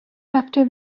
after